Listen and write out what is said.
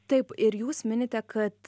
taip ir jūs minite kad